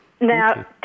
Now